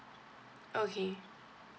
okay